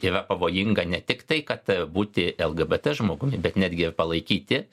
yra pavojinga ne tiktai kad būti lgbt žmogumi bet netgi ir palaikyti